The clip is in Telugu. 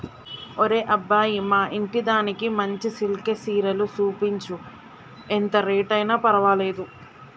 ఒరే అబ్బాయి మా ఇంటిదానికి మంచి సిల్కె సీరలు సూపించు, ఎంత రేట్ అయిన పర్వాలేదు